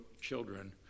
children